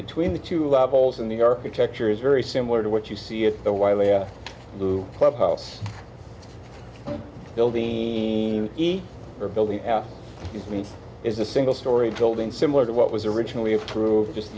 between the two levels in the architecture is very similar to what you see at the wiley two clubhouse building the building is me is a single storey building similar to what was originally approved just